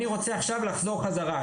אני רוצה עכשיו לחזור חזרה,